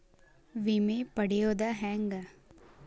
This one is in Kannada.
ವಿಮೆ ಪಡಿಯೋದ ಹೆಂಗ್?